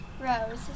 Rose